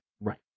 Right